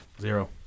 Zero